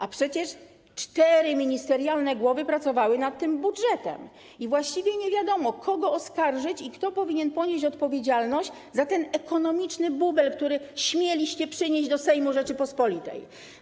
A przecież cztery ministerialne głowy pracowały nad tym budżetem, i właściwie nie wiadomo, kogo oskarżyć i kto powinien ponieść odpowiedzialność za ten ekonomiczny bubel, który śmieliście przynieść do Sejmu Rzeczypospolitej.